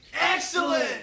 Excellent